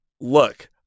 Look